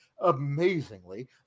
amazingly